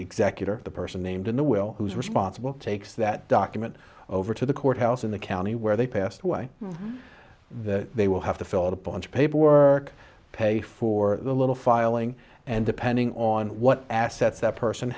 executor the person named in the will who's responsible takes that document over to the courthouse in the county where they passed way they will have to fill the paunch paperwork pay for the little filing and depending on what assets that person